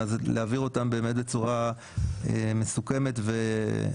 אנחנו משתדלים באמת להעביר אותם לוועדה בצורה מסוכמת ומסודרת,